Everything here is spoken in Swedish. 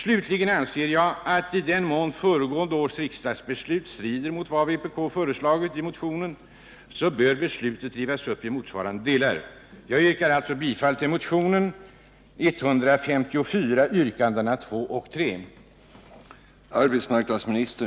Slutligen anser jag, att i den mån föregående års riksdagsbeslut strider mot vad vpk föreslagit i motionen, bör beslutet rivas upp i motsvarande delar.